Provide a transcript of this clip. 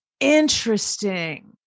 interesting